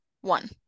one